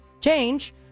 change